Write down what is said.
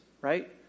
right